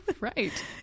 right